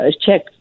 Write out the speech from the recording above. check